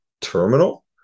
terminal